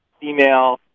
female